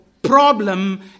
Problem